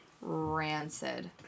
rancid